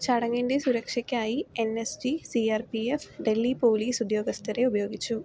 ചടങ്ങിൻ്റെ സുരക്ഷയ്ക്കായി N S G C R P F Delhi police ഉദ്യോഗസ്ഥരെ ഉപയോഗിച്ചു